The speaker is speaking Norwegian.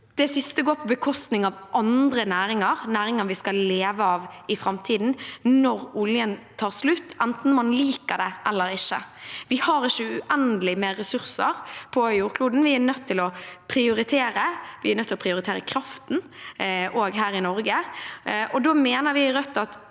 Det siste går på bekostning av andre næringer – næringer vi skal leve av i framtiden når oljen tar slutt, enten man liker det eller ikke. Vi har ikke uendelig med ressurser på jordkloden. Vi er nødt til å prioritere. Vi er nødt til å prioritere kraften, også her i Norge, og da mener vi i Rødt at